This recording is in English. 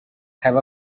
have